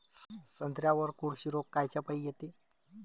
संत्र्यावर कोळशी रोग कायच्यापाई येते?